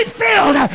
filled